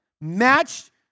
Matched